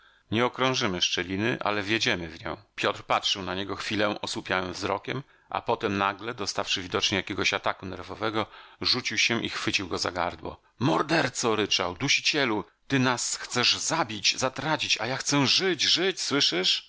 nie okrążymy szczeliny ale wjedziemy w nią piotr patrzył na niego chwilę osłupiałym wzrokiem a potem nagle dostawszy widocznie jakiegoś ataku nerwowego rzucił się i chwycił go za gardło morderco ryczał dusicielu ty nas chcesz zabić zatracić a ja chcę żyć żyć słyszysz